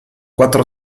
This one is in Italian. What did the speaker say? quattro